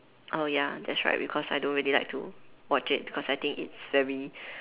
oh ya that's right because I don't really like to watch it because I think it's very